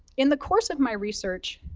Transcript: in the course of my research,